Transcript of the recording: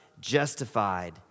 justified